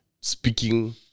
speaking